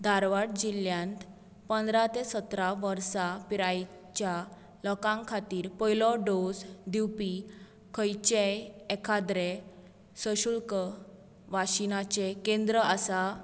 धारवाड जिल्ल्यांत पंदरा तें सतरा वर्सा पिरायेच्या लोकां खातीर पयलो डोस दिवपी खंयचेंय एखाद्रें सशुल्क वासीनाचें केंद्र आसा